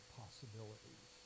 possibilities